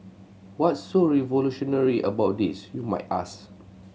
what's so revolutionary about this you might ask